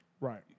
Right